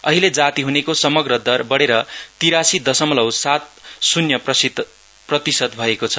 अहिले जाति हुनेको समग्र दर बढेर तीरासी दशमलव सात शुन्य प्रतिशत भएको छ